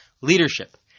leadership